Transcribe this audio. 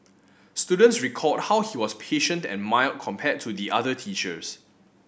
students recalled how he was patient and mild compared to the other teachers